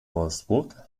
wolfsburg